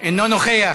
אינו נוכח,